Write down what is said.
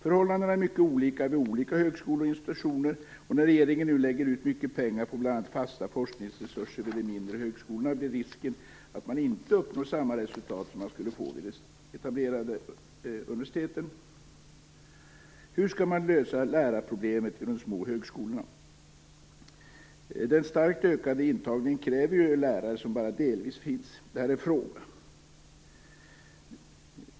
Förhållandena är mycket olika vid olika högskolor och institutioner. När regeringen nu lägger ut mycket pengar på bl.a. fasta forskningsresurser vid de mindre högskolorna blir risken att man inte uppnår samma resultat som man skulle få vid de etablerade universiteten. Hur skall man lösa lärarproblemen vid de små högskolorna? Den starkt ökade intagningen kräver ju lärare som bara delvis finns. Det här är en fråga.